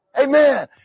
Amen